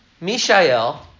Mishael